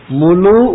mulu